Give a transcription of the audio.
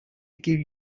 give